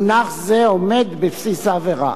ומונח זה עומד בבסיס העבירה.